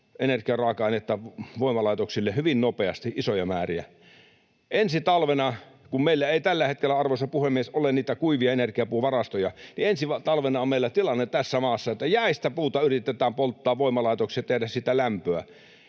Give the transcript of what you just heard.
energiaraaka-ainetta voimalaitoksille hyvin nopeasti isoja määriä. Ensi talvena, kun meillä ei tällä hetkellä, arvoisa puhemies, ole niitä kuivia energiapuuvarastoja, niin meillä on tilanne tässä maassa, että jäistä puuta yritetään polttaa voimalaitoksissa ja tehdä siitä lämpöä.